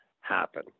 happen